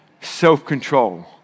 self-control